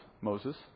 Moses